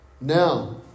Now